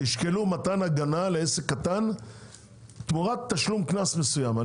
תשקלו מתן הגנה לעסק קטן תמורת תשלום קנס מסוים.